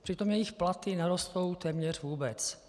Přitom jejich platy nerostou téměř vůbec.